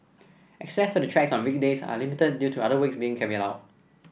access to the tracks on weekdays are limited due to other works being carried out